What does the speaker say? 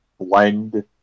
blend